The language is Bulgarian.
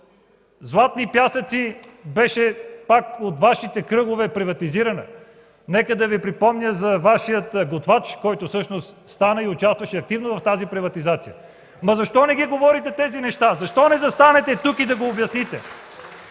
„Златни пясъци”, пак от Вашите кръгове? Нека да Ви припомня за Вашия готвач, който всъщност участваше активно в тази приватизация. Ама, защо не ги говорите тези неща? Защо не застанете тук и да го обясните?